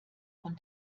von